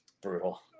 Brutal